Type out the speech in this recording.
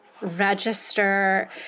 register